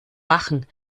wachen